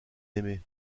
aimé